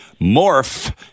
morph